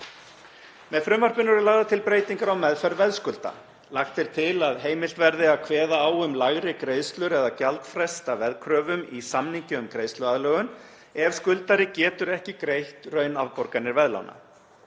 Með frumvarpinu er lagðar til breytingar á meðferð veðskulda. Lagt er til að heimilt verði að kveða á um lægri greiðslur eða gjaldfrest af veðkröfum í samningi um greiðsluaðlögun, ef skuldari getur ekki greitt raunafborganir veðlána.